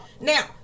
Now